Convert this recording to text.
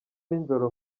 nijoro